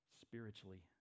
spiritually